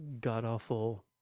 god-awful